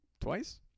twice